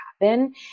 happen